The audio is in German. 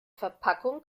verpackung